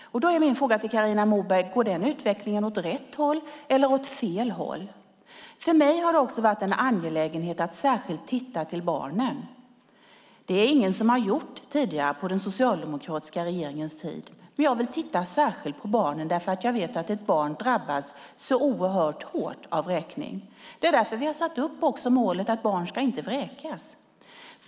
Då är min fråga till Carina Moberg: Går den utvecklingen åt rätt håll eller åt fel håll? För mig har det varit angeläget att särskilt se till barnen. Det har ingen gjort tidigare under den socialdemokratiska regeringens tid. Jag vill titta särskilt på barnen eftersom jag vet att ett barn drabbas oerhört hårt av vräkning. Därför har vi satt upp målet att barn inte ska vräkas.